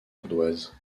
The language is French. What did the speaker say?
ardoise